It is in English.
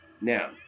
Now